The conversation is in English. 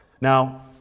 Now